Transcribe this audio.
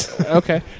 Okay